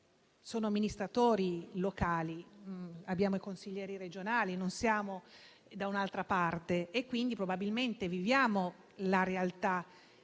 anche amministratori locali; abbiamo i consiglieri regionali, non siamo da un'altra parte, e probabilmente viviamo la realtà